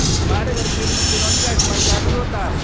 हमारे घर खीर में चिरौंजी का इस्तेमाल काफी होता है